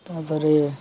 ତା'ପରେ